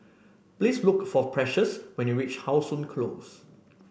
please look for Precious when you reach How Sun Close